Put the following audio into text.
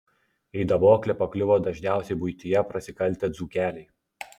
į daboklę pakliuvo dažniausiai buityje prasikaltę dzūkeliai